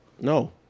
No